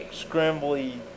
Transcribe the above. scrambly